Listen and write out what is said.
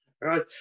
right